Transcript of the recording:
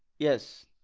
yes